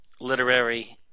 literary